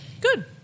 Good